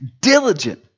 diligent